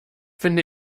finde